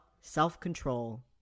self-control